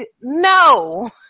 no